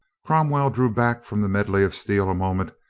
cromwell drew back from the medley of steel a moment,